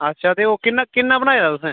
अच्छा ते ओह् किन्ना किन्ना बनाए दा तुसें